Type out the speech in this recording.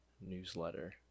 newsletter